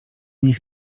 nich